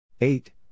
Eight